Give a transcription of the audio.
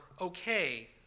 okay